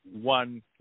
one